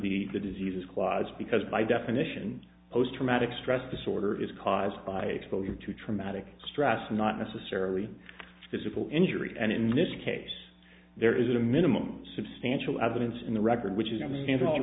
the the disease clause because by definition post traumatic stress disorder is caused by exposure to traumatic stress not necessarily physical injury and in this case there is a minimum substantial evidence in the record which is a